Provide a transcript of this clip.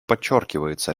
подчеркивается